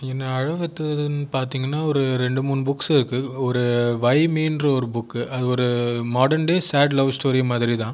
என்னை அழவைத்ததுன்னு பார்த்தீங்கன்னா ஒரு ரெண்டு மூணு புக்ஸ் இருக்குது ஒரு வைமின்கிற புக் அது ஒரு modern days sad love story மாதிரி தான்